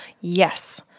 yes